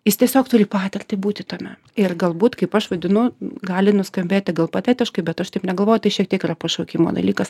tai jis tiesiog turi patirtį būti tame ir galbūt kaip aš vadinu gali nuskambėti gan patetiškai bet aš taip negalvoju tai šiek tiek yra pašaukimo dalykas